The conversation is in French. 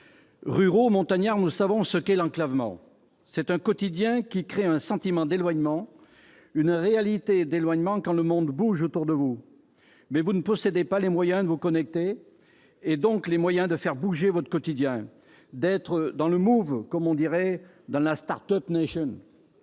Ruraux et montagnards, nous savons ce que c'est l'enclavement. C'est un quotidien qui crée un sentiment d'éloignement, une réalité d'éloignement quand le monde bouge autour de vous, mais que vous ne possédez pas les moyens de vous connecter, donc de faire bouger votre quotidien, d'être dans le, comme on dirait dans la ...